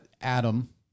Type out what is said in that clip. Adam